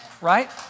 right